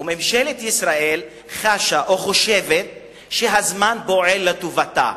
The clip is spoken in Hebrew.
ממשלת ישראל חשה או חושבת שהזמן פועל לטובתה.